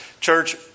Church